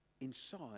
inside